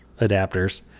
adapters